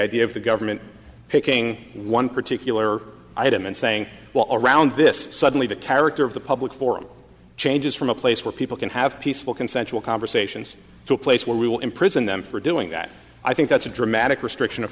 idea of the government picking one particular item and saying well all around this suddenly the character of the public for changes from a place where people can have peaceful consensual conversations to a place where we will imprison them for doing that i think that's a dramatic restriction of